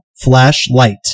flashlight